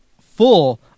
full